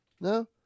No